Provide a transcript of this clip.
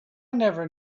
never